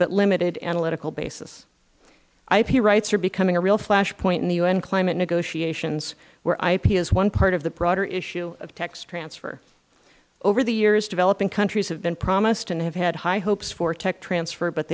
that limited analytical basis ip rights are becoming a flash point in the u n climate negotiations where ip is one part of the broader issue of tech transfer over the years developing countries have been promised and have had high hopes for tech transfer but